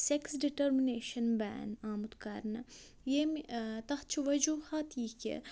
sex determination بین آمُت کرنہٕ ییٚمہِ تَتھ چھُ وجوٗہات یہِ کہِ